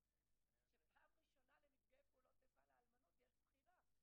מה שקורה בחללי צה"ל שיש שתי זכאויות לשני סכומים מהמדינה.